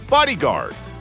Bodyguards